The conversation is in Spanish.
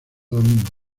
domingo